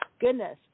goodness